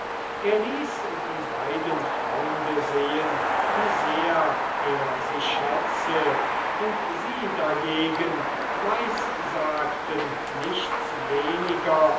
er ließ die beiden freunde sehen wie sehr er sie schätzte und sie dagegen weissagten nichts weniger